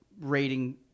rating